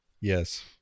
yes